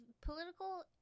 political